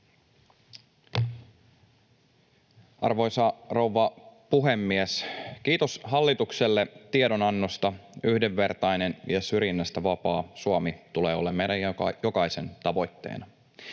Arvoisa rouva puhemies! Kiitos hallitukselle tiedonannosta. Yhdenvertaisen ja syrjinnästä vapaan Suomen tulee olla meidän jokaisen tavoitteena.